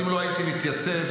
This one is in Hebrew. אם לא הייתי מתייצב,